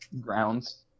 grounds